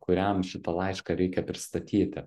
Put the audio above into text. kuriam šitą laišką reikia pristatyti